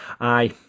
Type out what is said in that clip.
aye